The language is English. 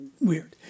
weird